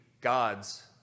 gods